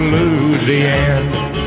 Louisiana